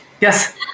yes